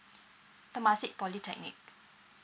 temasek polytechnic